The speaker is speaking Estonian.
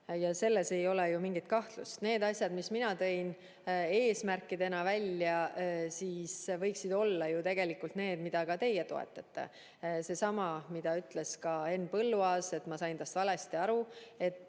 selles ei ole mingit kahtlust. Need asjad, mis mina tõin eesmärkidena välja, võiksid olla need, mida ka teie toetate. Seesama, mida ütles ka Henn Põlluaas, et ma sain tast valesti aru, et